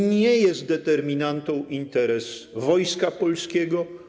Nie jest determinantą interes Wojska Polskiego.